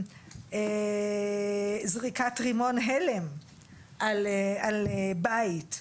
זריקת רימון הלם על בית,